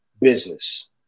business